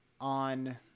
on